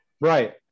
Right